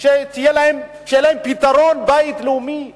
שיהיה להם פתרון, בית לאומי בארץ-ישראל.